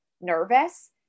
nervous